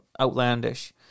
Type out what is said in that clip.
outlandish